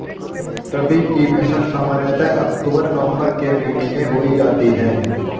रबी की फ़सल सामान्यतः अक्तूबर नवम्बर के महीने में बोई जाती हैं